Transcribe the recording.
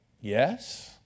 yes